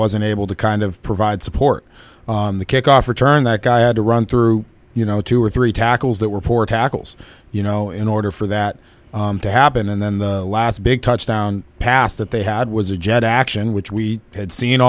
unable to kind of provide support on the kickoff return that guy had to run through you know two or three tackles that were poor tackles you know in order for that to happen and then the last big touchdown pass that they had was a jet action which we had seen